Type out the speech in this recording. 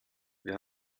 wir